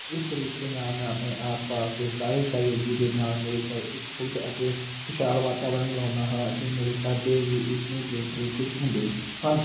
ਇਸ ਤਰੀਕੇ ਨਾਲ ਮੈਂ ਆਪਣੇ ਆਸ ਪਾਸ ਦੇ ਸਾਰੇ ਸਹਿਯੋਗੀ ਦੇ ਨਾਲ ਮੇਰੇ ਕ ਇੱਕ ਸ਼ੁੱਧ ਅਤੇ ਖੁਸ਼ਹਾਲ ਵਾਤਾਵਰਨ ਲਾਉਂਦਾ ਹਾਂ ਅਤੇ ਮੇਰੇ ਘਰ ਦੇ ਵੀ ਇਸ ਨੂੰ ਦੇਖ ਕੇ ਖੁਸ਼ ਹੁੰਦੇ ਹਨ